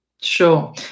sure